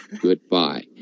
Goodbye